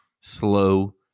slow